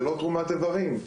זה לא תרומת איברים.